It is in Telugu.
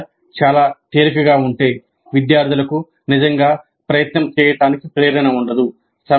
సమస్య చాలా తేలికగా ఉంటే విద్యార్థులకు నిజంగా ప్రయత్నం చేయటానికి ప్రేరణ ఉండదు